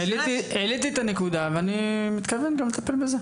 העליתי את הנקודה ואני מתכוון גם לטפל בזה.